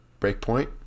breakpoint